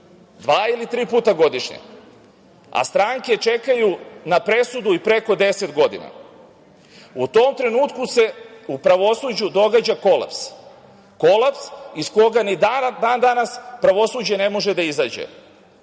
ili tri puta godišnje, a stranke čekaju na presudu i preko 10 godina. U tom trenutku se u pravosuđu događa kolaps, kolaps iz koga ni dan danas pravosuđe ne može da izađe.